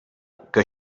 que